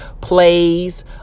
plays